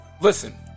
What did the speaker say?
Listen